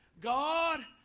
God